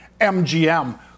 MGM